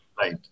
Right